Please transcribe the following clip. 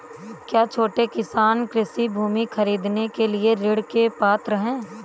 क्या छोटे किसान कृषि भूमि खरीदने के लिए ऋण के पात्र हैं?